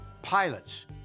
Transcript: pilots